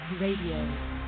Radio